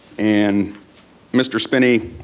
and mr. spinney,